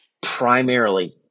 primarily